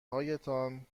هایتان